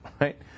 right